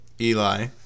Eli